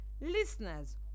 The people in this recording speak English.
Listeners